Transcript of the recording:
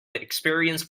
experience